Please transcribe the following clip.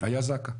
היה זק"א.